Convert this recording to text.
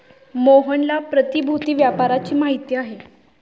मोहनला प्रतिभूति व्यापाराची माहिती आहे